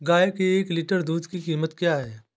गाय के एक लीटर दूध की कीमत क्या है?